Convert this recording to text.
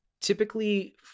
typically